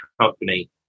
company